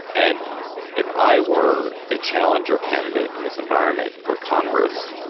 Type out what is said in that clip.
and if i were a challenger candidate in this environment for congress.